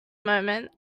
moment